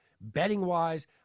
betting-wise